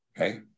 Okay